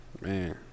man